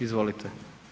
Izvolite.